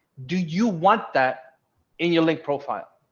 do you want that in your link profile?